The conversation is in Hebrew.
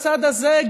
בצד הזה,